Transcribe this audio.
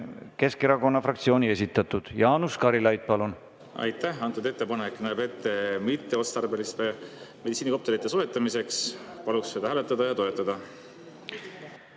Keskerakonna fraktsiooni esitatud. Jaanus Karilaid, palun! Aitäh! Antud ettepanek on nähtud ette mitmeotstarbeliste meditsiinikopterite soetamiseks. Paluks seda hääletada ja toetada.